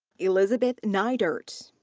elizabeth niedert.